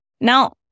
Now